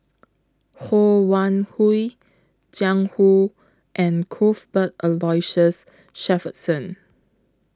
Ho Wan Hui Jiang Hu and Cuthbert Aloysius Shepherdson